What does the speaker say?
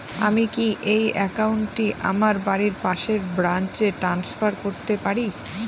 আমি কি এই একাউন্ট টি আমার বাড়ির পাশের ব্রাঞ্চে ট্রান্সফার করতে পারি?